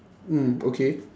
mm okay